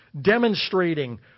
demonstrating